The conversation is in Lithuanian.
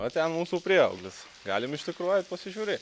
o ten mūsų priauglis galime iš tikrųjų eit pasižiūrėti